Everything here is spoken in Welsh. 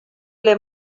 ble